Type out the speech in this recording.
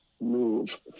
move